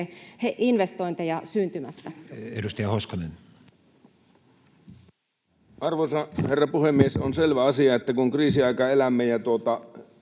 investointeja syntymästä. Edustaja Hoskonen. Arvoisa herra puhemies! On selvä asia, että kun kriisiaikaa elämme ja Venäjän